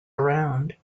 around